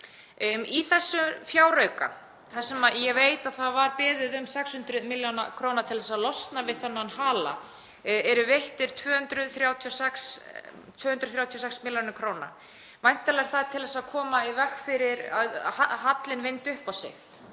Í þessum fjárauka, þar sem ég veit að beðið var um 600 millj. kr. til þess að losna við þennan hala, eru veittar 236 millj. kr. Væntanlega er það til að koma í veg fyrir að hallinn vindi upp á sig.